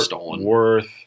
Worth